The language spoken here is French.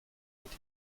ont